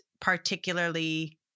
particularly